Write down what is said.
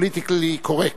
פוליטיקלי קורקט.